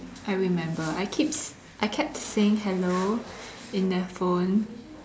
I remember I keep I kept saying hello in the phone